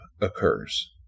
occurs